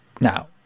now